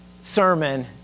sermon